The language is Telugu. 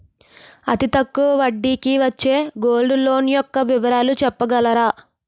అతి తక్కువ వడ్డీ కి వచ్చే గోల్డ్ లోన్ యెక్క వివరాలు చెప్పగలరా?